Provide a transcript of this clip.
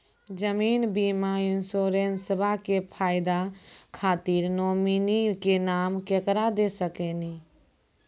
जीवन बीमा इंश्योरेंसबा के फायदा खातिर नोमिनी के नाम केकरा दे सकिनी?